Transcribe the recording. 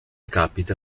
capita